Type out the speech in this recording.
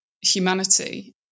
humanity